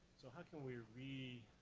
so how can we agree,